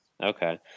Okay